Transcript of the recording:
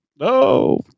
No